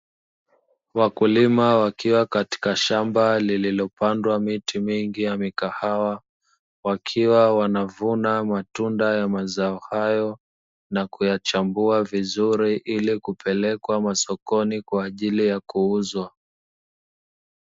Wakulima wakiwa katika shamba lililopandwa miti mingi ya mikahawa, wakiwa wanavuna matunda ya mazao hayo na kuyachambua vizuri ili kupelekwa masokoni Kwa ajili ya kuuzwa.